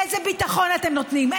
איזה ביטחון אתם נותנים?